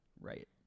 Right